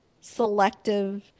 selective